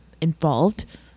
involved